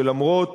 שלמרות